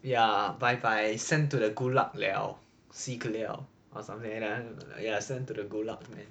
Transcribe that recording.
ya bye bye sent to the gulag 了 si ki 了 or something and then you are sent to the gulag meh